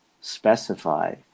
specify